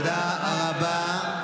תודה רבה.